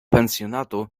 pensjonatu